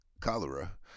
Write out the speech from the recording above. cholera